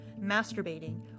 masturbating